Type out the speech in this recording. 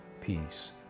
peace